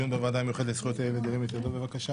בוועדה המיוחדת לזכויות הילד ירים את ידו בבקשה.